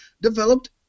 developed